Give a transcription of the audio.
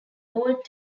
old